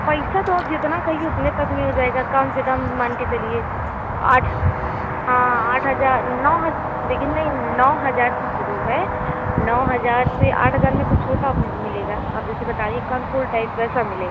पैसा तो आप जितना कहिए उतने तक मिल जाएगा कम से कम मान के चलिए आठ हाँ आठ हजार नौ देखिए नहीं नौ हजार से शुरू है नौ हजार से आठ हजार में तो छोटा मिलेगा आप जैसे बता रही हैं कनफूल टाइप वैसा मिलेगा